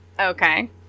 Okay